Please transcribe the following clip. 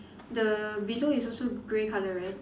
the below is also grey color right